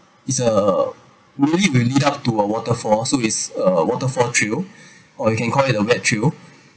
it's a really will lead up to a waterfall so it's a waterfall trial or you can call it a wet trail